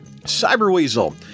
Cyberweasel